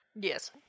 Yes